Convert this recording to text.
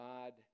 God